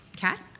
kat.